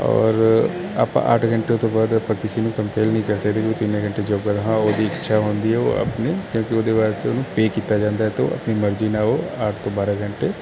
ਔਰ ਆਪਾਂ ਅੱਠ ਘੰਟੇ ਤੋਂ ਬਾਅਦ ਆਪਾਂ ਕਿਸੇ ਨੂੰ ਕੰਪੈੱਲ ਨਹੀਂ ਕਰ ਸਕਦੇ ਕਿ ਉਹ ਕਿੰਨੇ ਘੰਟੇ ਜੋਬ ਕਰਦਾ ਹਾਂ ਉਹਦੀ ਇੱਛਾ ਹੁੰਦੀ ਉਹ ਆਪਣੇ ਕਿਉਂਕਿ ਉਹਦੇ ਵਾਸਤੇ ਉਹਨੂੰ ਪੇ ਕੀਤਾ ਜਾਂਦਾ ਅਤੇ ਉਹ ਆਪਣੀ ਮਰਜ਼ੀ ਨਾਲ ਉਹ ਅੱਠ ਤੋਂ ਬਾਰਾਂ ਘੰਟੇ